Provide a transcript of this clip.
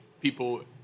people